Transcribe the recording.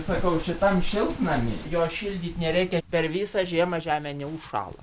sakau šitam šiltnamy jo šildyt nereikia per visą žiemą žemė neužšąla